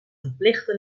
verplichte